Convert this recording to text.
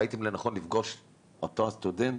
ראיתם לנכון לפגוש את אותו הסטודנט.